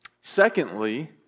Secondly